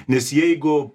nes jeigu